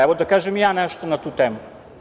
Evo, da kažem i ja nešto na tu temu.